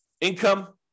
Income